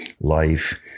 Life